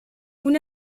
una